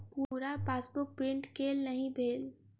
पूरा passbook print केल नहि भेल